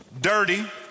dirty